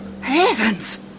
heavens